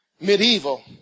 medieval